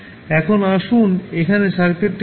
এখন আসুন এখানে সার্কিটটি দেখুন